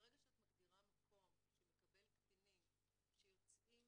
ברגע שאת מגדירה מקום שמקבל קטינים שיוצאים